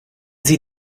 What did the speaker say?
sie